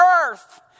earth